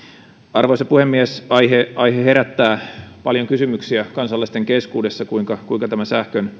arvoisa puhemies aihe herättää paljon kysymyksiä kansalaisten keskuudessa kuinka kuinka tämä sähkön